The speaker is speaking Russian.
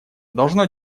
должно